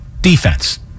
defense